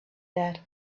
that